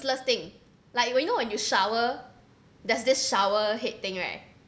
useless thing like you know when you shower there's this shower head thing right